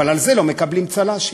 על זה לא מקבלים צל"שים.